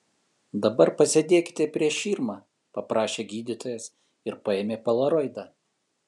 dabar pasėdėkite prieš širmą paprašė gydytojas ir paėmė polaroidą